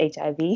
HIV